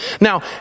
Now